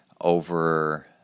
over